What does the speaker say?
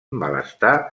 malestar